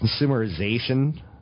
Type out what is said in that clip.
Consumerization